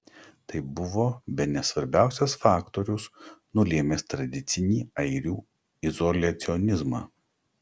tai buvo bene svarbiausias faktorius nulėmęs tradicinį airių izoliacionizmą